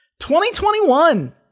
2021